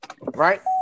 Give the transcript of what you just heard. right